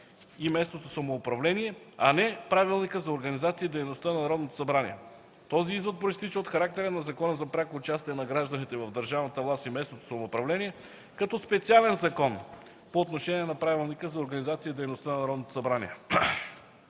и местното самоуправление, а не по Правилника за организацията и дейността на Народното събрание. Този извод произтича от характера на Закона за пряко участие на гражданите в държавната власт и местното самоуправление, като специален закон по отношение на Правилника за организацията и дейността на Народното събрание.